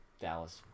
Dallas